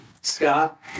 Scott